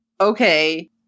Okay